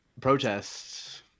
protests